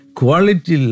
quality